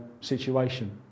situation